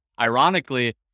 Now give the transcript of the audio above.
Ironically